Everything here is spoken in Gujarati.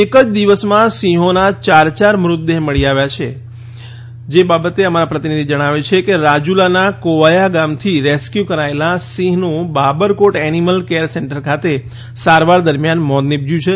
એક જ દિવસમાં સિંહોના ચાર ચાર મૃતદેહ મળી આવ્યાછે અમારા પ્રતિનિધિ જણાવેછે કે રાજુલાના કોવાયા ગામથી રેસ્ક્યુ કરાયેલા સિંહનું બાબરકોટ એનિમલ કેર સેન્ટર ખાતે સારવાર દરમિયાન મોત નીપશ્ચ્યું છે